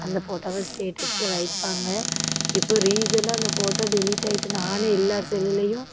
அந்த ஃபோட்டாவை ஸ்டேட்டஸில் வைப்பாங்க இப்போ ரீசென்டாக அந்த ஃபோட்டோ டெலிட் ஆகிட்டு நானே எல்லோர் செல்லுலேயும்